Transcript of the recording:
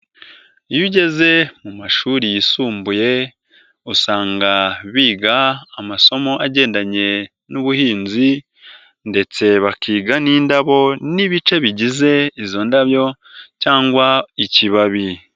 Iyo ugeze mu mashuri yisumbuye usanga biga amasomo agendanye n'ubuhinzi ndetse bakiga n'indabo n'ibice bigize izo ndabyo cyangwa ikibabi.